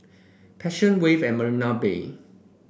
Passion Wave at Marina Bay